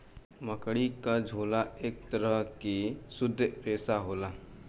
मकड़ी क झाला एक तरह के शुद्ध रेसा होला